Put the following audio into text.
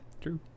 True